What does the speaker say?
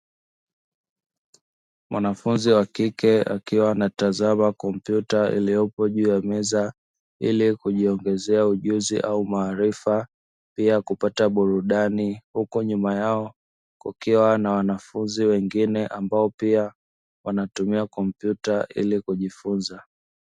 Mwanafunzi wa kike akiwa anatazama kompyuta iliyopo juu ya meza ili kujiongezea ujuzi au maarifa pia kupata burudani huku nyuma yao kukiwa na wanafunzi wengine ambao pia wanatumia kompyuta ili kujifunza.